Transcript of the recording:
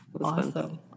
Awesome